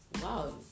wow